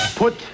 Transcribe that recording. Put